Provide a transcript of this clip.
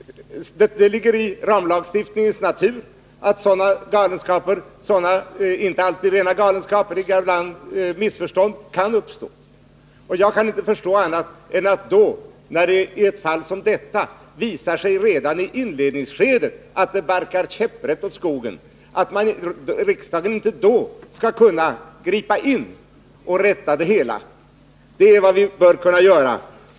Det ligger i ramlagstiftningens natur att sådana galenskaper, eller missförstånd, kan uppstå. Jag kan inte förstå annat än att riksdagen — när det redan i inledningsskedet visar sig att det barkar käpprätt åt skogen — skall kunna ingripa och rätta till det hela. Det är vad vi bör kunna göra.